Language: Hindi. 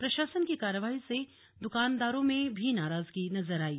प्रशासन की कार्रवाई से दुकानदारों में नाराजगी भी नजर आयी